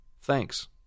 Thanks